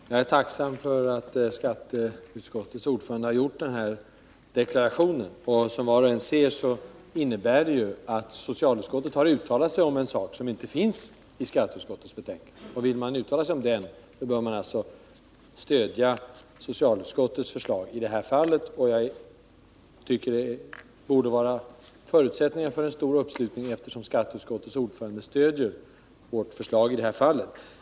Herr talman! Jag är tacksam för att skatteutskottets ordförande har gjort denna deklaration. Som var och en kan se har socialutskottet uttalat sig om en sak som inte finns i skatteutskottets betänkande. Vill man uttala sig för den, bör man alltså stödja socialutskottets förslag i detta fall. Jag tycker det borde finnas förutsättningar för en stor uppslutning, när skatteutskottets ordförande stöder vårt förslag.